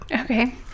Okay